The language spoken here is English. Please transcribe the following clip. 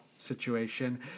Situation